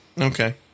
okay